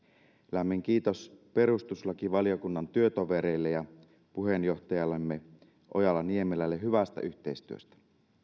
lämmin kiitos perustuslakivaliokunnan työtovereille ja puheenjohtajallemme ojala niemelälle hyvästä yhteistyöstä